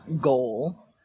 goal